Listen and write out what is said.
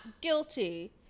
guilty